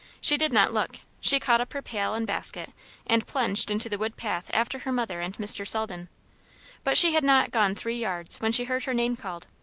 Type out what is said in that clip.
she did not look she caught up her pail and basket and plunged into the wood path after her mother and mr. selden but she had not gone three yards when she heard her name called.